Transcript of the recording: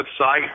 website